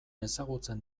ezagutzen